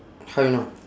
how you know